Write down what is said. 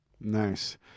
Nice